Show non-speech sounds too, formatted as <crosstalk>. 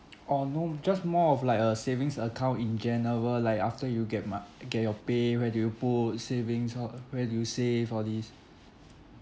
<noise> oh no just more of like a savings account in general like after you get ma~ get your pay where do you put savings or where do you save all this